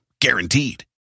Guaranteed